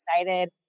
excited